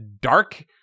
dark